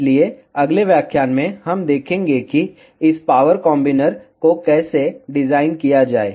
इसलिए अगले व्याख्यान में हम देखेंगे कि इस पावर कॉम्बिनर को कैसे डिज़ाइन किया जाए